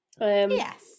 Yes